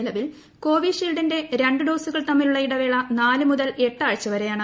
നിലവിൽ കോവിഷീൽഡിന്റെ രണ്ട് ഡോസുകൾ തമ്മിലുള്ള ഇടവേള നാല് മുതൽ എട്ട് ആഴ്ച വരെയാണ്